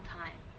time